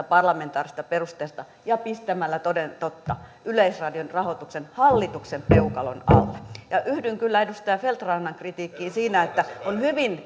parlamentaarisesta perusteesta pistämällä toden totta yleisradion rahoituksen hallituksen peukalon alle ja yhdyn kyllä edustaja feldt rannan kritiikkiin siinä että on hyvin